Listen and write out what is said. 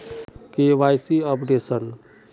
KYC updation?